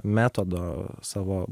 metodo savo